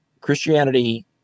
Christianity